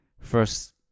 First